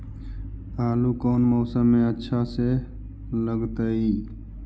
आलू कौन मौसम में अच्छा से लगतैई?